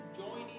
joining